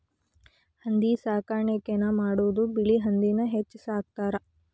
ಹಂದಿ ಸಾಕಾಣಿಕೆನ ಮಾಡುದು ಬಿಳಿ ಹಂದಿನ ಹೆಚ್ಚ ಸಾಕತಾರ